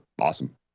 awesome